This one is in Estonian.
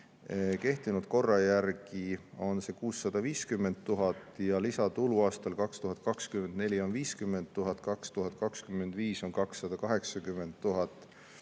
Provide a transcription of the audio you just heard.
kehtinud korra järgi 650 000 ja lisatulu aastal 2024 on 50 000, 2025 on 280 000,